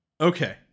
Okay